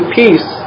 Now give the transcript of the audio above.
peace